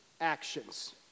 actions